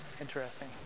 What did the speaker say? Interesting